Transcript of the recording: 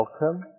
Welcome